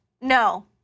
no